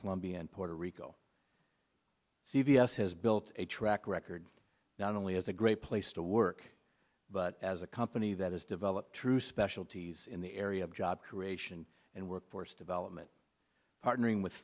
columbia and puerto rico c v s has built a track record not only as a great place to work but as a company that has developed true specialties in the area of job creation and workforce development partnering with